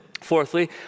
Fourthly